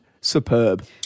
superb